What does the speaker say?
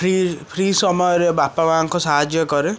free free ସମୟରେ ବାପା ମାଁଙ୍କୁ ସାହାଯ୍ୟ କରେ